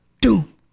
doom